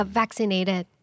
vaccinated